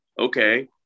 okay